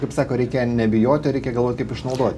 kaip sako reikia nebijoti o reikia galvoti kaip išnaudot